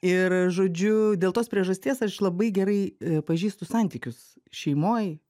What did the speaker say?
ir žodžiu dėl tos priežasties aš labai gerai pažįstu santykius šeimoj